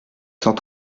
cent